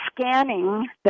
scanning